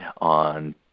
on